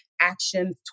actions